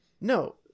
No